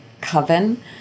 coven